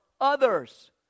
others